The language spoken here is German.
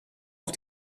auf